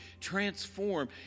transform